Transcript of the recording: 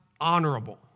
honorable